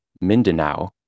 mindanao